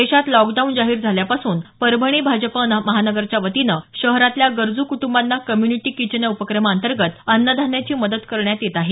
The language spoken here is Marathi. देशात लॉकडाऊन जाहीर झाल्यापासून परभणी भाजपा महानगरच्यावतीनं शहरातल्या गरजू कुटुंबांना कम्युनिटी किचन या उपक्रमा अंतर्गत अन्नधान्याची मदत करण्यात येत आहे